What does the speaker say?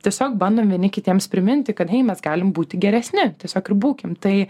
tiesiog bandom vieni kitiems priminti kad hei mes galim būti geresni tiesiog ir būkim tai